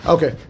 Okay